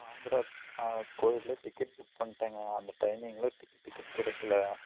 ஆந்திரா கோயில்ல ticket book பண்ணிட்டங்க அந்த டைமிங்கில் டிக் டிக்கெட் கிடைக்கில